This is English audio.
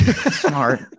Smart